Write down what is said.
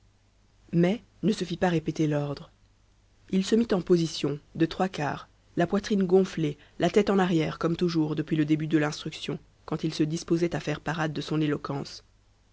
mai ne se fit pas répéter l'ordre il se mit en position de trois quarts la poitrine gonflée la tête en arrière comme toujours depuis le début de l'instruction quand il se disposait à faire parade de son éloquence